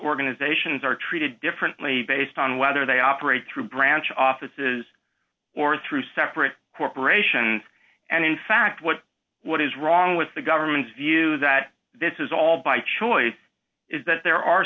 organizations are treated differently based on whether they operate through branch offices or through separate corporations and in fact what what is wrong with the government's view that this is all by choice is that there are